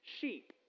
sheep